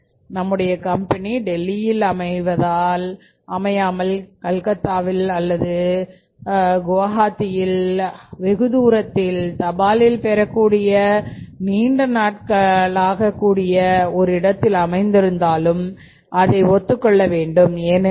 நம்முடைய கம்பெனி டெல்லியில் அமையாமல் கல்கத்தாவில் அதாவது வெகுதூரத்தில் தபாலில் பெறக்கூடிய நீண்ட நாட்களாக கூடிய இடத்தில் அமைந்திருந்தாலும் அதை ஒத்துக்கொள்ள வேண்டும் ஏனென்றால்